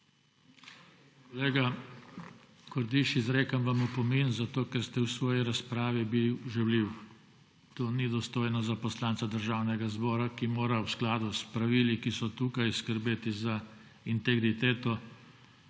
Kolega Kordiš, izrekam vam opomin, ker ste bili v svoji razpravi žaljivi. To ni dostojno za poslanca Državnega zbora, ki mora v skladu s pravili, ki so tukaj, skrbeti za integriteto